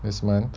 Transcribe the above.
this month